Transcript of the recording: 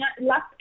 last